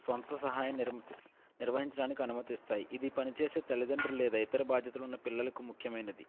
స్వంత సహాయం నిర్మతి నిర్వహించడానికి అనుమతిస్తాయి ఇది పనిచేసే తల్లిదండ్రులు లేదా ఇతర బాధ్యతలు ఉన్న పిల్లలకు ముఖ్యమైనది